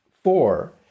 Four